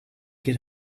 get